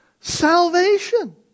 salvation